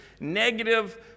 negative